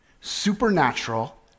supernatural